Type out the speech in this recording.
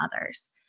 others